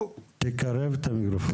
הוא לא שולח הודעות חיוב.